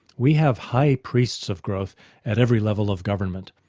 we have high priests of growth at every level of government.